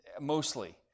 mostly